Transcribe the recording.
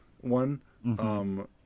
one